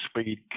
speed